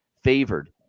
favored